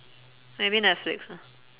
maybe netflix ah